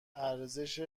ارزش